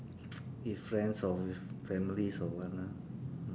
with friends or with families or what lah